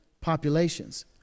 populations